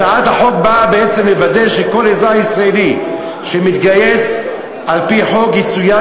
הצעת החוק באה בעצם לוודא שכל אזרח ישראלי שמתגייס על-פי חוק יצויד